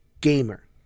Gamer